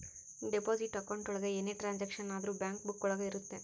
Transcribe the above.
deposit account ಒಳಗ ಏನೇ transaction ಆದ್ರೂ ಬ್ಯಾಂಕ್ ಬುಕ್ಕ ಒಳಗ ಇರುತ್ತೆ